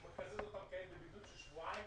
הוא מקזז אותם כעת עם בידוד של שבועיים.